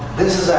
this